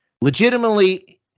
Legitimately